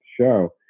show